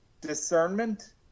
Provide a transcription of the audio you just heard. discernment